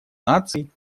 наций